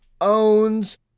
owns